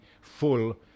full